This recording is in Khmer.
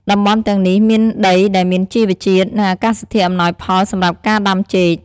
តំបន់ទាំងនេះមានដីដែលមានជីវជាតិ និងអាកាសធាតុអំណោយផលសម្រាប់ការដាំចេក។